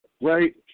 Right